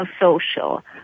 social